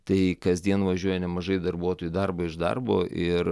tai kasdien važiuoja nemažai darbuotojų į darbą iš darbo ir